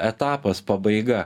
etapas pabaiga